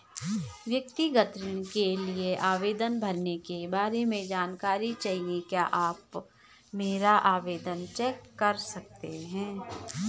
व्यक्तिगत ऋण के लिए आवेदन भरने के बारे में जानकारी चाहिए क्या आप मेरा आवेदन चेक कर सकते हैं?